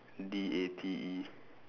D A T E